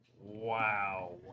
Wow